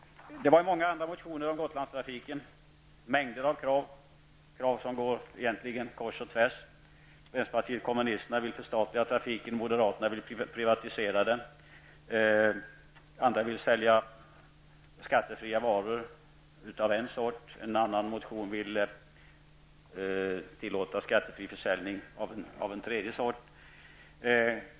Det har väckts många andra motioner om Gotlandstrafiken -- med mängder av krav, som egentligen går kors och tvärs. Vänsterpartiet vill förstatliga trafiken, moderaterna vill privatisera den. Några vill tillåta skattefri försäljning av en sorts varor, i en annan motion vill man medge skattefri försäljning av annan sort.